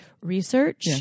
research